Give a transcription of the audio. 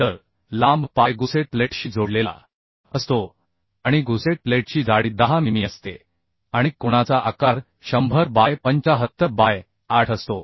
तर लांब पाय गुसेट प्लेटशी जोडलेला असतो आणि गुसेट प्लेटची जाडी 10 मिमी असते आणि कोणाचा आकार 100 बाय 75 बाय 8 असतो